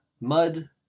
mud